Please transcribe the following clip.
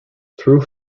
through